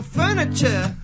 furniture